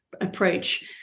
approach